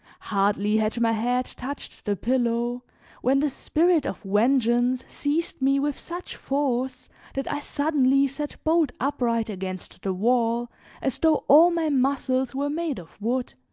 hardly had my head touched the pillow when the spirit of vengeance seized me with such force that i suddenly sat bolt upright against the wall as though all my muscles were made of wood.